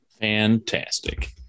Fantastic